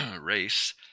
race